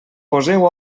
poseu